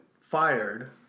fired